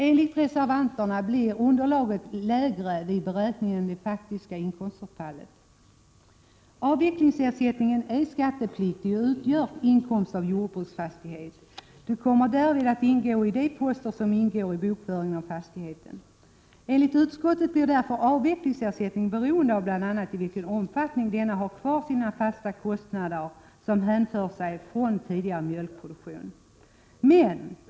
Enligt reservanterna blir underlaget lägre 19 maj 1988 vid beräkningen än det faktiska inkomstbortfallet. Avvecklingsersättningen är skattepliktig och utgör inkomst av jordbruksfastighet. Den kommer därvid att finnas i de poster som ingår i bokföringen av fastigheten. Enligt utskottet blir därför avvecklingsersättningen bl.a. beroende av i vilken omfattning jordbrukaren har kvar de fasta kostnader som hänför sig till den tidigare mjölkproduktionen.